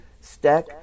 stack